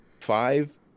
five